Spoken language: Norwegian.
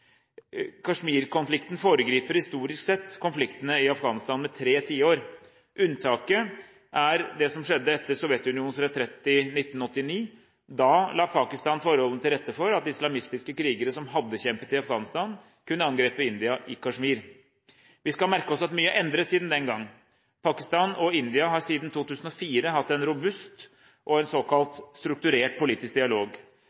foregriper, historisk sett, konfliktene i Afghanistan med tre tiår. Unntaket er det som skjedde etter Sovjetunionens retrett i 1989. Da la Pakistan forholdene til rette for at islamistiske krigere som hadde kjempet i Afghanistan, kunne angripe India i Kashmir. Vi skal merke oss at mye er endret siden den gang. Pakistan og India har siden 2004 hatt en robust og såkalt strukturert politisk dialog. Den har resultert i en